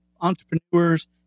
entrepreneurs